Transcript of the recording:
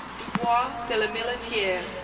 dubois de la milletiere,